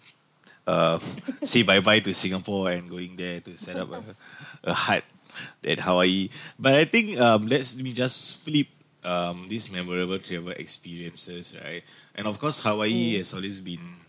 um say bye bye to singapore and going there to set up a a hype that hawaii but I think um let's let me just flip um this memorable travel experiences right and of course hawaii has always been